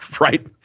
Right